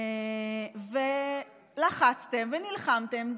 ולחצתם ונלחמתם,